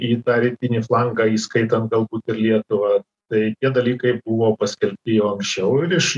į tą rytinį flangą įskaitant galbūt ir lietuvą tai tie dalykai buvo paskirti jau anksčiau ir iš